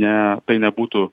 ne tai nebūtų